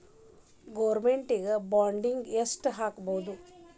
Government ಬಾಂಡ್ನಾಗ್ ಯೆಷ್ಟ್ ಹಾಕ್ಬೊದು?